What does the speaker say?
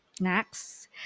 next